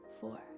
four